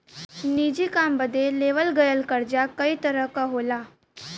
निजी काम बदे लेवल गयल कर्जा कई तरह क होला